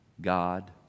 God